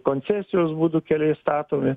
koncesijos būdu keliai statomi